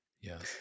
Yes